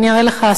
אני אראה לך,